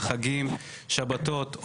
בשבתות ובחגים,